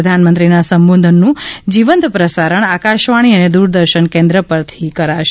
પ્રધાનમંત્રીના સંબોધનનું જીવંત પ્રસારણ આકાશવાણી અને દુરદર્શન કેન્દ્ર પરથી કરાશે